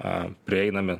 a prieinami